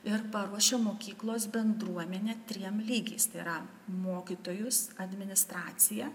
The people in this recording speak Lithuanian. ir paruošia mokyklos bendruomenę triem lygiais tai yra mokytojus administraciją